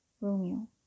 Romeo